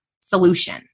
solution